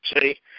See